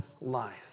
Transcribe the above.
life